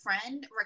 friend